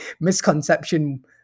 misconception